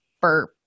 burp